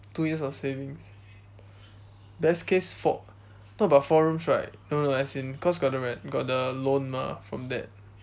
two years of savings best case four no but four rooms right no no as in cause got the re~ got the loan mah from that